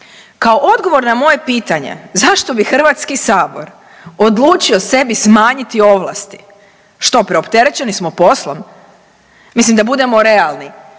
Kao odgovor na moje pitanje zašto bi Hrvatski sabor odlučio sebi smanjiti ovlasti, što preopterećeni smo poslom, mislim da budemo realni